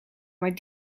maar